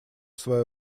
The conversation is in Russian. своё